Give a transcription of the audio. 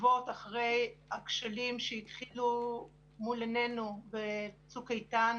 עוקבות אחרי הכשלים שהתחילו מול עינינו בצוק איתן,